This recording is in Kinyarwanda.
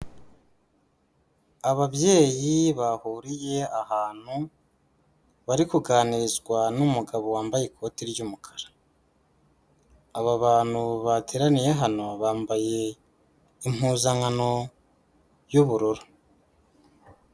Ababyeyi bahuriye ahantu, bari kuganirizwa n'umugabo wambaye ikoti ry'umukara, aba bantu bateraniye hano bambaye impuzankano y'ubururu.